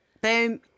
Boom